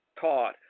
taught